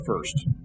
first